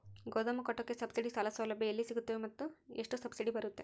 ಗೋದಾಮು ಕಟ್ಟೋಕೆ ಸಬ್ಸಿಡಿ ಸಾಲ ಸೌಲಭ್ಯ ಎಲ್ಲಿ ಸಿಗುತ್ತವೆ ಮತ್ತು ಎಷ್ಟು ಸಬ್ಸಿಡಿ ಬರುತ್ತೆ?